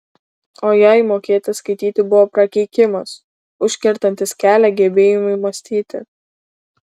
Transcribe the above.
o jai mokėti skaityti buvo prakeikimas užkertantis kelią gebėjimui mąstyti